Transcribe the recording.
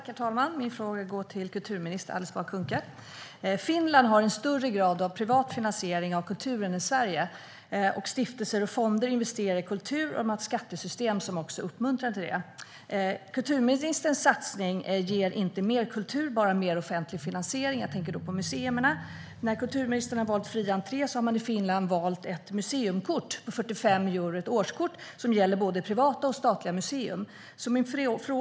Herr talman! Min fråga går till kulturminister Alice Bah Kuhnke. Finland har en större grad av privat finansiering av kulturen än Sverige. Stiftelser och fonder investerar i kultur, och man har ett skattesystem som också uppmuntrar till det. Kulturministerns satsning ger inte mer kultur, bara mer offentlig finansiering. Jag tänker då på museerna. Kulturministern har valt fri entré medan man i Finland har valt ett museikort, ett årskort för 45 euro som gäller både på privata och statliga museer.